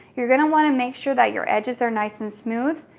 you're gonna wanna make sure that your edges are nice and smooth.